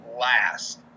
last